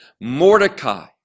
Mordecai